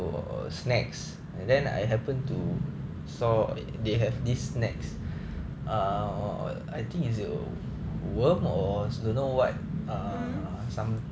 mmhmm